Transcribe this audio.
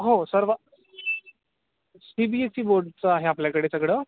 हो सर्व C B S E बोर्डच आहे आपल्याकडे सगळं